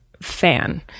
fan